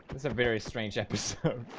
it's a very strange episode